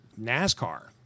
NASCAR